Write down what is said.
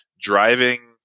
driving